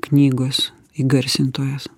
knygos įgarsintojas